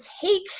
take